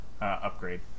upgrade